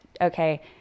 okay